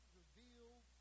revealed